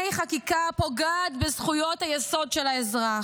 חקיקה הפוגעת בזכויות היסוד של האזרח,